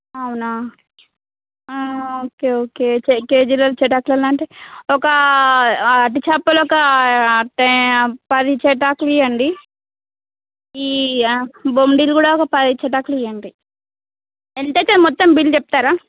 అవునా okay okay కేజీల చటాకు అలా అంటే ఒక అట్టి చేపలు ఒక అట్టే పది చటాకులు ఇవ్వండి ఈ బొమ్మిడిలు కూడా ఒక పది చటాకులు ఇవ్వండి ఎంత అవుతుంది మొత్తం బిల్లు చెప్తారా